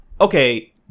Okay